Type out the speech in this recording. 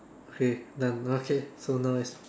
okay done okay so now is